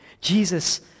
Jesus